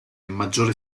maggiore